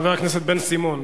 חבר הכנסת בן-סימון.